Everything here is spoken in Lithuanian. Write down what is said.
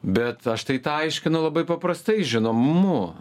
bet aš tai tą aiškinu labai paprastai žinomumu